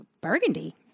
burgundy